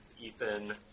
Ethan